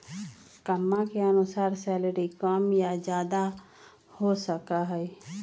कम्मा के अनुसार सैलरी कम या ज्यादा हो सका हई